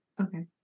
Okay